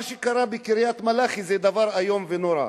מה שקרה בקריית-מלאכי זה איום ונורא.